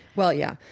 well, yeah.